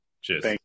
Cheers